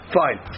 fine